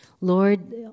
Lord